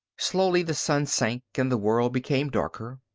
slowly the sun sank and the world became darker.